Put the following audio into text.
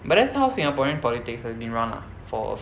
but that's how singaporean politics has been run lah for a